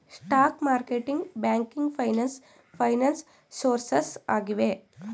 stock marketing, banking finance finance sources ಆಗಿವೆ